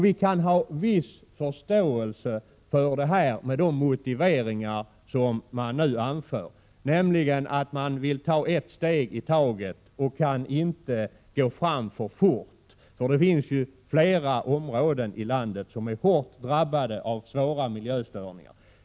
Vi kan ha viss förståelse för det med tanke på de motiveringar som anförs, nämligen att man vill ta ett steg i taget och inte kan gå fram för fort. Det finns flera områden i landet som är hårt drabbade av svåra miljöstörningar.